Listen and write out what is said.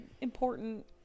important